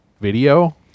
video